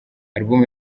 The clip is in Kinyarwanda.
album